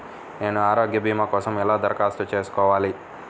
నేను ఆరోగ్య భీమా కోసం ఎలా దరఖాస్తు చేసుకోవాలి?